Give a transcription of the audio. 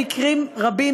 במקרים רבים,